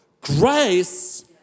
grace